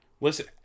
listen